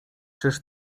czyż